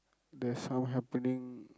there's some happening